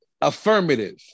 affirmative